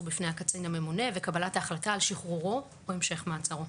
בפני הקצין הממונה וקבלת ההחלטה על שחרורו או המשך מעצרו.